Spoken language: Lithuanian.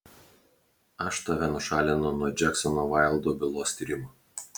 aš tave nušalinu nuo džeksono vaildo bylos tyrimo